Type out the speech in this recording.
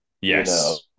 Yes